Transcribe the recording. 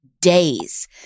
days